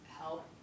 help